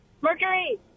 Mercury